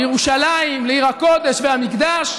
לירושלים, לעיר הקודש והמקדש.